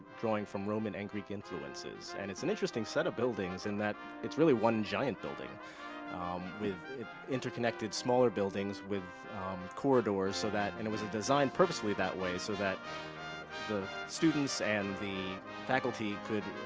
drawing from roman and greek influences. and it's an interesting set of buildings in that it's really one giant building with interconnected smaller buildings with corridors, so that and it was designed purposely that way, so that the students and the faculty could